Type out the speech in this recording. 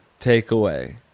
takeaway